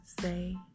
say